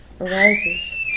arises